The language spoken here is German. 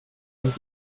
und